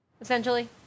essentially